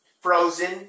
Frozen